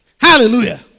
Hallelujah